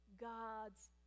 God's